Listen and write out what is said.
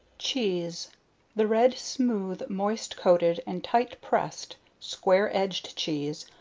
cheese the red smooth moist coated, and tight pressed, square edged cheese,